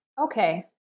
Okay